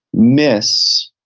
miss